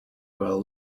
well